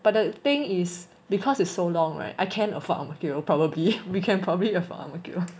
but the thing is because it's so long [right] I can afford ang mo kio probably we can probably afford ang mo kio